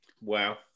Wow